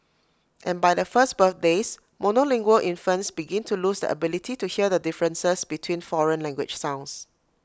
and by their first birthdays monolingual infants begin to lose their ability to hear the differences between foreign language sounds